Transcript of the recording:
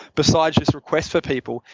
besides just requests for people,